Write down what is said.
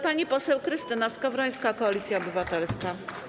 Pani poseł Krystyna Skowrońska, Koalicja Obywatelska.